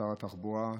שר התחבורה,